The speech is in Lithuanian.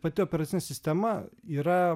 pati operacinė sistema yra